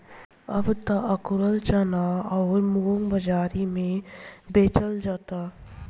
अब त अकुरल चना अउरी मुंग बाजारी में बेचल जाता